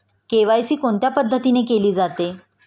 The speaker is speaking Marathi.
के.वाय.सी कोणत्या पद्धतीने केले जाते?